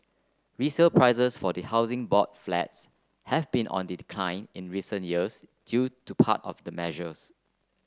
resale prices for the Housing Board Flats have been on the decline in recent years due to part of the measures